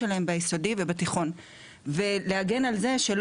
עשינו בבתי ספר כיתות לקשישים,